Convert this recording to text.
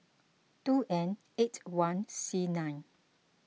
two N eight one C nine